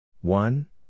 One